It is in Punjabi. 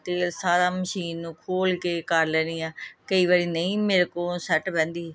ਤੇਲ ਸਾਰਾ ਮਸ਼ੀਨ ਨੂੰ ਖੋਲ੍ਹ ਕੇ ਕਰ ਲੈਂਦੀ ਹਾਂ ਕਈ ਵਾਰੀ ਨਹੀਂ ਮੇਰੇ ਕੋਲ ਸੈਟ ਬਹਿੰਦੀ